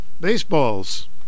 baseballs